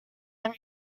ein